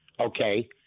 okay